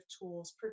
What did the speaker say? tools